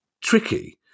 tricky